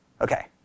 Okay